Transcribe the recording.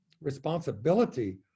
responsibility